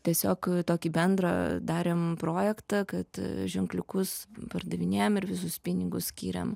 tiesiog tokį bendrą darėm projektą kad ženkliukus pardavinėjam ir visus pinigus skyriam